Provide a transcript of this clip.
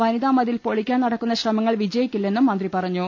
വനിതാമതിൽ പൊളിക്കാൻ നടക്കുന്ന ശ്രമങ്ങൾ വിജയിക്കില്ലെന്നും മന്ത്രി പറഞ്ഞു